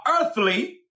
earthly